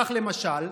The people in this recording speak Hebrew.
כך, למשל,